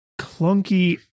clunky